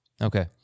Okay